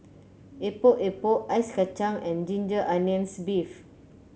Epok Epok Ice Kacang and Ginger Onions beef